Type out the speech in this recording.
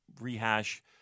rehash